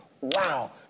Wow